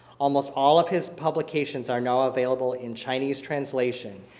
almost all of his publications are now available in chinese translation,